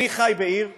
אני חי בעיר חילונית.